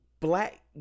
Black